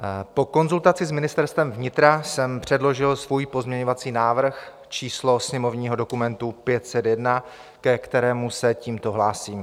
Po konzultaci s Ministerstvem vnitra jsem předložil svůj pozměňovací návrh, číslo sněmovního dokumentu 501, ke kterému se tímto hlásím.